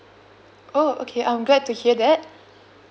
oh okay I'm glad to hear that